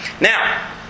Now